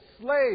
slaves